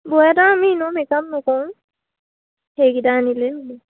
বৰ এটা আমি এনেও মেকআপ নকৰোঁ সেইকিটা আনিলে